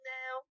now